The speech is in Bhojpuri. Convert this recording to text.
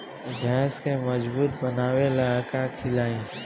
भैंस के मजबूत बनावे ला का खिलाई?